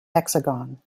hexagon